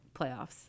playoffs